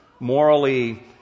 morally